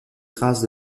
traces